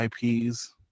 ips